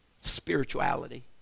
spirituality